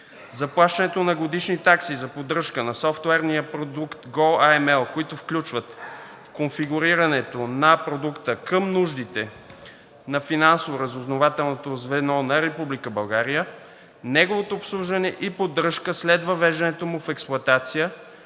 заплащането на годишни такси за поддръжка на софтуерния продукт goAML, които включват конфигурирането на продукта към нуждите на финансово разузнавателното звено на Република България, неговото обслужване и поддръжка след въвеждането му в експлоатация,